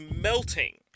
melting